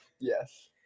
Yes